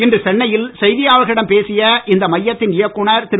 இன்று சென்னையில் செய்தியாளர்களிடம் பேசிய இந்த மையத்தின் இயக்குநர் திரு